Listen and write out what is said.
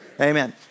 Amen